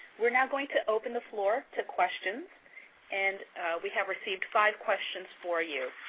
we are now going to open the floor to questions and we have received five questions for you.